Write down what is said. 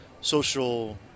social